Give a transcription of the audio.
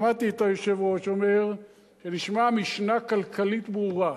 שמעתי את היושב-ראש אומר שנשמע משנה כלכלית ברורה.